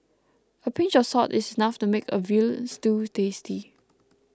a pinch of salt is enough to make a Veal Stew tasty